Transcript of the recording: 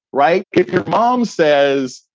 right. if your mom says,